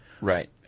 Right